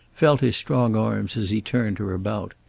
felt his strong arms as he turned her about.